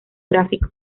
gráfico